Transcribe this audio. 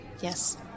yes